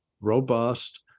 robust